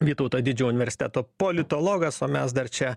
vytauto didžiojo universiteto politologas o mes dar čia